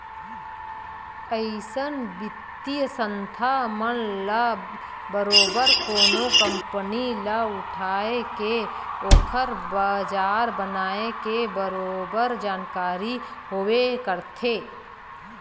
अइसन बित्तीय संस्था मन ल बरोबर कोनो कंपनी ल उठाय के ओखर बजार बनाए के बरोबर जानकारी होबे करथे